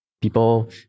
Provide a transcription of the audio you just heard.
people